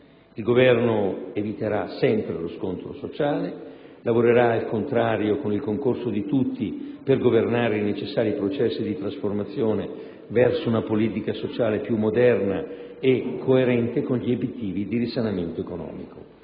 Il Governo eviterà sempre lo scontro sociale, al contrario, lavorerà con il concorso di tutti per governare i necessari processi di trasformazione verso una politica sociale più moderna e coerente con gli obiettivi di risanamento economico: